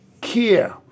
care